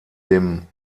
dem